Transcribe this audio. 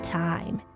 time